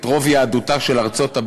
את רוב יהדותה של ארצות-הברית,